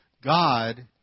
God